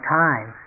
time